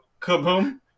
Kaboom